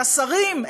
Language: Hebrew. והשרים,